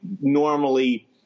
normally